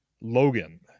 Logan